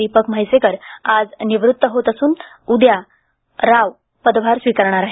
दीपक म्हैसेकर आज निवृत्त होत असून राव उद्यापासून पदभार स्वीकारणार आहेत